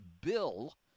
bill